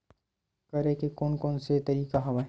करे के कोन कोन से तरीका हवय?